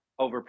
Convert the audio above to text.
overpriced